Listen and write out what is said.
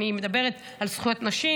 אני מדברת על זכויות נשים,